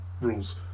rules